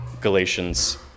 Galatians